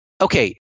Okay